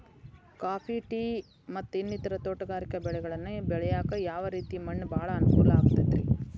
Coffee, tea, ಮತ್ತ ಇನ್ನಿತರ ತೋಟಗಾರಿಕಾ ಬೆಳೆಗಳನ್ನ ಬೆಳೆಯಾಕ ಯಾವ ರೇತಿ ಮಣ್ಣ ಭಾಳ ಅನುಕೂಲ ಆಕ್ತದ್ರಿ?